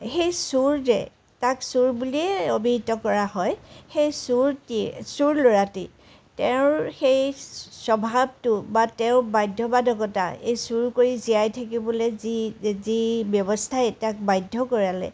সেই চোৰ যে তাক চোৰ বুলিয়েই অভিহিত কৰা হয় সেই চোৰটি চোৰ ল'ৰাটি তেওঁৰ সেই স্বভাৱটো বা তেওঁৰ বাধ্যবাধকতা এই চোৰ কৰি জীয়াই থাকিবলৈ যি যি ব্যৱস্থাই তাক বাধ্য কৰালে